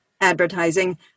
advertising